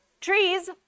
trees